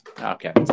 Okay